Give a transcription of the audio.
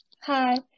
Hi